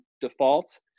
default